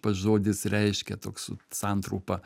pats žodis reiškia toks su santrumpa